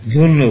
ধন্যবাদ